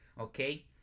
okay